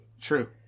True